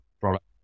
product